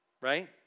right